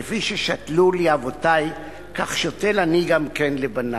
כפי ששתלו לי אבותי כך שותל אני גם כן לבני".